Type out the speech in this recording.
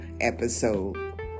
episode